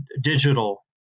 digital